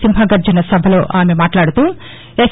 సింహగర్జన సభలో ఆమె మాట్లాడుతూ ఎస్